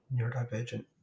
neurodivergent